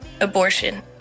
abortion